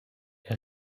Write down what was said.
est